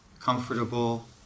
comfortable